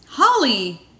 Holly